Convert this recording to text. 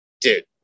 dude